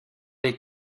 les